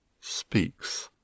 speaks